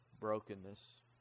brokenness